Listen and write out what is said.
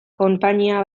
konpainia